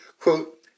quote